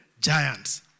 giants